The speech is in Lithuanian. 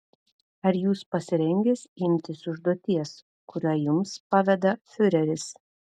ar jūs pasirengęs imtis užduoties kurią jums paveda fiureris